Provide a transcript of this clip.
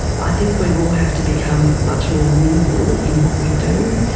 i think we will have to become much more nimble in what we do.